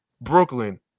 Brooklyn